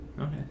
Okay